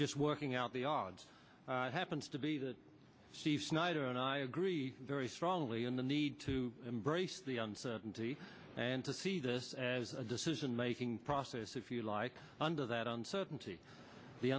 just working out the odds happens to be the sea snyder and i agree very strongly in the need to embrace the uncertainty and to see this as a decision making process if you like under that uncertainty the